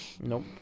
Nope